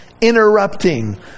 interrupting